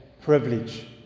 privilege